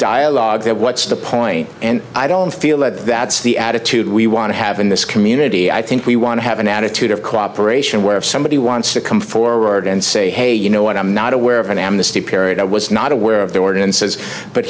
dialogue what's the point and i don't feel that that's the attitude we want to have in this community i think we want to have an attitude of cooperation where if somebody wants to come forward and say hey you know what i'm not aware of an amnesty period i was not aware of the ord